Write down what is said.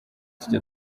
tujya